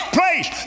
place